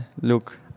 look